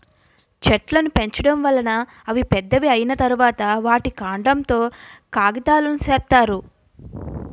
చెట్లును పెంచడం వలన అవి పెద్దవి అయ్యిన తరువాత, వాటి కాండం తో కాగితాలును సేత్తారు